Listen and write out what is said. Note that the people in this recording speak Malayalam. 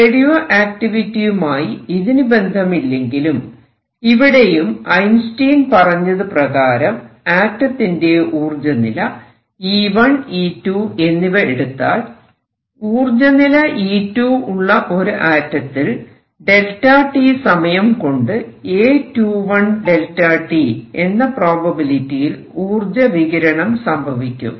റേഡിയോ ആക്റ്റിവിറ്റിയുമായി ഇതിനു ബന്ധമില്ലെങ്കിലും ഇവിടെയും ഐൻസ്റ്റൈൻ പറഞ്ഞത് പ്രകാരം ആറ്റത്തിന്റെ ഊർജനില E1 E2 എന്നിവ എടുത്താൽ ഊർജനില E2 ഉള്ള ഒരു ആറ്റത്തിൽ Δt സമയം കൊണ്ട് A21Δt എന്ന പ്രോബബിലിറ്റിയിൽ ഊർജ വികിരണം സംഭവിക്കും